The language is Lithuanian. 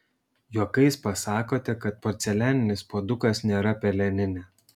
juokais pasakote kad porcelianinis puodukas nėra peleninė